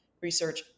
research